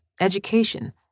education